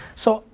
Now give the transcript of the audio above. so,